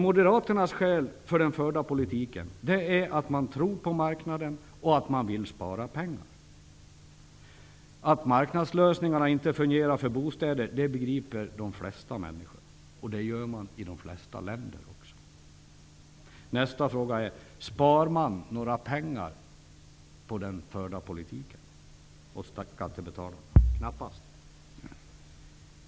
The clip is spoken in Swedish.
Moderaternas skäl för den förda politiken är att man tror på marknaden och att man vill spara pengar. Att marknadslösningar inte fungerar för bostäder begriper de flesta människor. Det gör man också i de flesta länder. Nästa fråga är: Spar man några pengar åt skattebetalarna genom den förda politiken? Knappast.